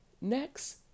Next